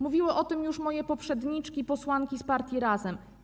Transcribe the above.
Mówiły o tym już moje poprzedniczki, posłanki z partii Razem.